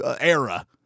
era